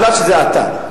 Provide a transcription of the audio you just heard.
כי זה אתה.